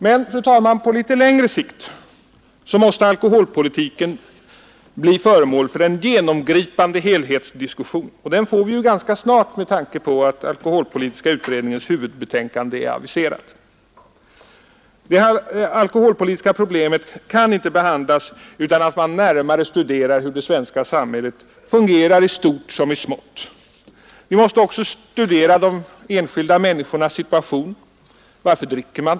Men, fru talman, på litet längre sikt måste alkoholpolitiken bli föremål för en genomgripande helhetsdiskussion, och den får vi ju ganska snart med tanke på att alkoholpolitiska utredningens huvudbetänkande är aviserat. Det alkoholpolitiska problemet kan inte behandlas utan att man närmare studerar hur det svenska samhället fungerar i stort som i smått. Vi måste också studera de enskilda människornas situation. Varför dricker man?